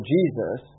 Jesus